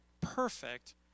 perfect